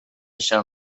shall